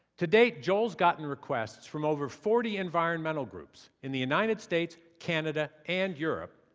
to date, joel's gotten requests from over forty environmental groups, in the united states, canada and europe.